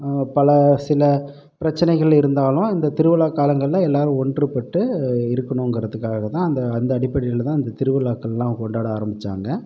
பல சில பிரச்சனைகள் இருந்தாலும் அந்த திருவிழா காலங்களில் எல்லாேரும் ஒன்றுப்பட்டு இருக்குணுங்கிறத்துகாக தான் அந்த அந்த அடிப்படையில் தான் இந்த திருவிழாக்களெலாம் கொண்டாட ஆரமித்தாங்க